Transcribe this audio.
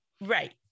Right